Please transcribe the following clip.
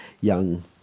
young